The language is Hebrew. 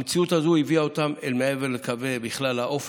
המציאות הזאת הביאה אותם בכלל אל מעבר לקווי האופק,